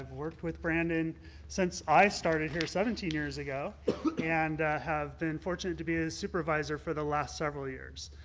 worked with brandon since i started here seventeen years ago and i have been fortunate enough to be a supervisor for the last several years.